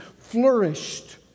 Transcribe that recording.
flourished